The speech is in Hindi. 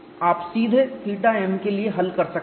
आप सीधे θm के लिए हल कर सकते हैं